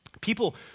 People